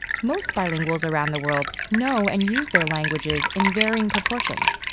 most bilinguals around the world know and use their languages in varying proportions.